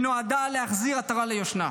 שנועדה להחזיר עטרה ליושנה,